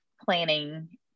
planning